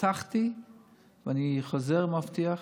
הבטחתי ואני חוזר ומבטיח: